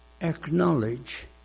acknowledge